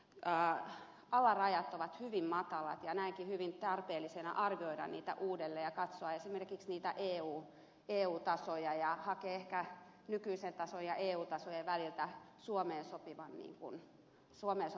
hankintalain alarajat ovat hyvin matalat ja näenkin hyvin tarpeellisena arvioida niitä uudelleen ja katsoa esimerkiksi eu tasoja ja hakea ehkä nykyisen tason ja eu tasojen väliltä suomeen sopivat alarajat